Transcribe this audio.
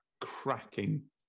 cracking